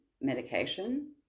medication